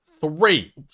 three